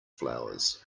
flowers